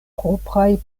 propraj